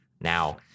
now